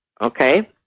okay